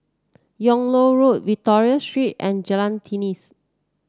Yung Loh Road Victoria Street and Jalan